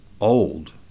old